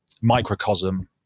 Microcosm